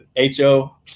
ho